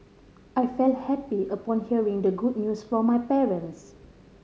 I felt happy upon hearing the good news from my parents